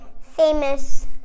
famous